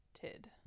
Tid